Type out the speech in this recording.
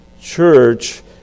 church